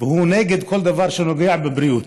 והוא נגד כל דבר שפוגע בבריאות,